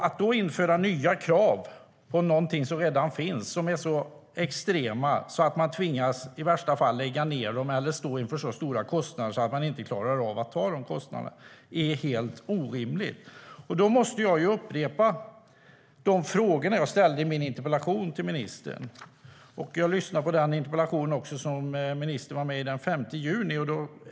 Att då införa nya krav, på någonting som redan finns, som är så extrema att man i värsta fall tvingas lägga ned eller står inför stora kostnader som man inte klarar av är helt orimligt. Då måste jag upprepa de frågor jag ställde i min interpellation till ministern. Jag lyssnade också på den interpellationsdebatt som ministern var med i den 5 juni.